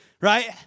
right